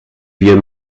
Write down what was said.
wir